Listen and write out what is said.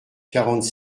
quarante